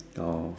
oh